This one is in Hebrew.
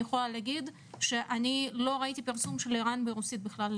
אני יכולה להגיד שאני לא ראיתי פרסום של ער"ן ברוסית בכלל,